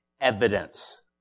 evidence